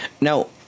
now